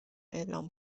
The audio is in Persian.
اعلام